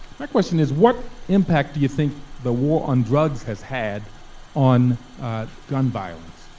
my question is what impact do you think the war on drugs has had on gun violence?